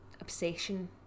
obsession